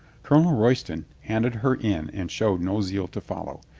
colonel royston handed her in and showed no zeal to follow.